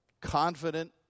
confident